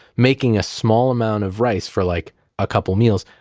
making a small amount of rice, for like a couple meals,